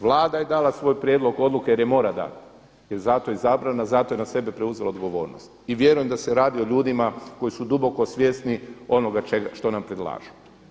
Vlada je dala svoj prijedlog odluke jer je mora dati jer je zato izabrana i zato je na sebe preuzela odgovornost i vjerujem da se radi o ljudima koji su duboko svjesni onoga što nam predlažu.